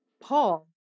Paul